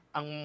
Ang